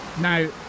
now